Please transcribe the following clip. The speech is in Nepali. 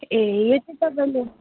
ए यो चाहिँ तपाईँले